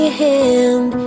hand